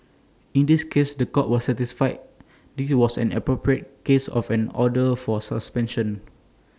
in this case The Court was satisfied this was an appropriate case of an order for suspension